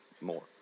more